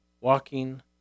walking